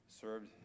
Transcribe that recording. served